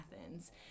Athens